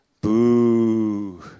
Boo